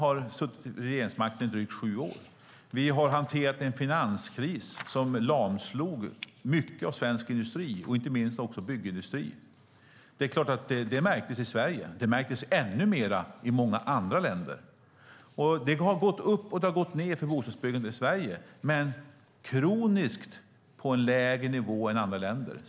Jag tycker att det är viktigt att säga att vi har hanterat en finanskris som lamslog mycket av svensk industri och inte minst byggindustrin. Det är klart att det märktes i Sverige. Det märktes ännu mer i många andra länder. Det har gått upp och ned för bostadsbyggandet i Sverige, men det har kroniskt legat på en lägre nivå än i andra länder.